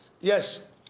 Yes